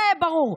זה ברור,